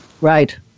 Right